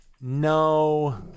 No